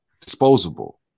disposable